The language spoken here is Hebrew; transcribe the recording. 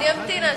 מעניין שלציפי,